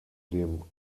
dem